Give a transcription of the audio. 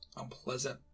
Unpleasant